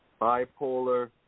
bipolar